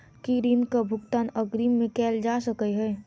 की ऋण कऽ भुगतान अग्रिम मे कैल जा सकै हय?